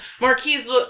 Marquise